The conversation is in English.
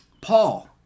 Paul